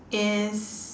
is